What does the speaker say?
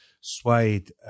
Suede